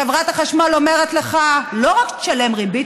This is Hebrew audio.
חברת החשמל אומרת לך: לא רק שתשלם ריבית,